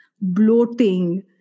bloating